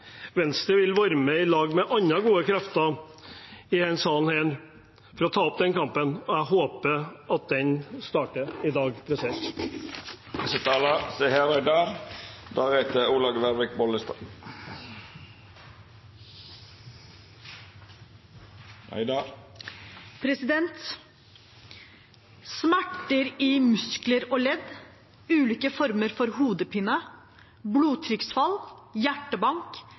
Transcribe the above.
Venstre vil være med, sammen med andre gode krefter i denne salen, for å ta opp den kampen, og jeg håper at den starter i dag.